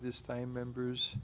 this time members